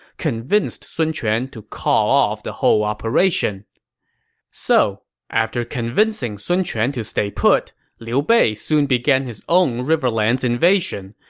convinced sun quan to call off the whole operation so after convincing sun quan to stay put, liu bei soon began his own riverlands invasion,